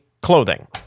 clothing